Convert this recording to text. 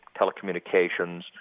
telecommunications